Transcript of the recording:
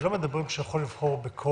שלא אומרים שהוא יכול לבחור בכל